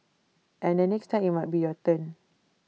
and the next time IT might be your turn